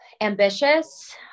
ambitious